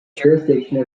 jurisdiction